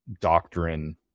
doctrine